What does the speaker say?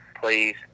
please